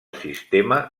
sistema